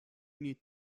need